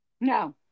No